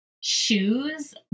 shoes